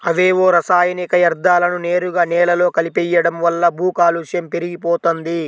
అవేవో రసాయనిక యర్థాలను నేరుగా నేలలో కలిపెయ్యడం వల్ల భూకాలుష్యం పెరిగిపోతంది